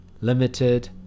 limited